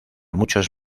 muchos